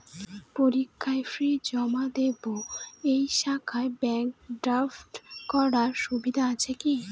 পরীক্ষার ফি জমা দিব এই শাখায় ব্যাংক ড্রাফট করার সুবিধা আছে কি?